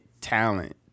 talent